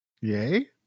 Yay